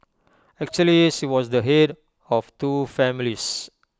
actually she was the Head of two families